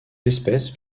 espèces